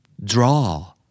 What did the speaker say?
Draw